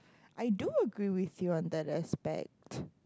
I do agree with you on that aspect